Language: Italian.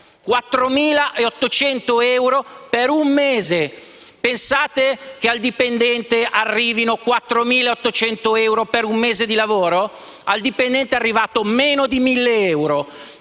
4.800 euro, per un mese. Pensate che al dipendente arrivino 4.800 euro per un mese di lavoro? Al dipendente arrivano meno di 1.000 euro.